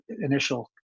initial